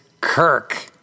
Kirk